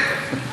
אתה צודק.